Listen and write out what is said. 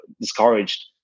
discouraged